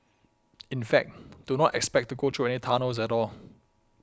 in fact do not expect to go through any tunnels at all